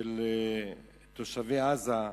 תושבי עזה,